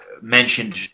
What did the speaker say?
mentioned